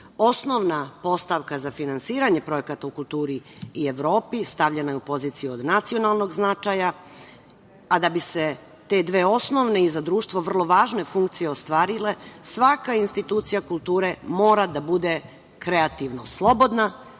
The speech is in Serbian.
modela. Osnovna postavka za finansiranje projekta u kulturi i Evropi stavljena je u poziciju od nacionalnog značaja, a da bi se te dve osnovne i za društvo vrlo važne funkcije ostvarile svaka institucija kulture mora da bude kreativno slobodna,